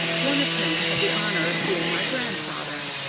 one of whom had the honor of being my grandfather.